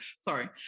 Sorry